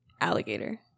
alligator